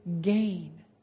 gain